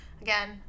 Again